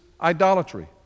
idolatry